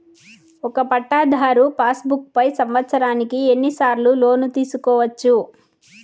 ఒక పట్టాధారు passbook పై సంవత్సరానికి ఎన్ని సార్లు లోను తీసుకోవచ్చు?